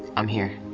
i'm here.